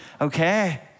okay